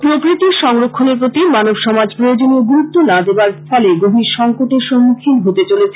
প্রকৃতি সংরক্ষণের প্রতি মানব সমাজ প্রয়োজনীয় গুরুত্ব না দেবার ফলে গভীর সংকটের সম্মুখীন হতে চলেছে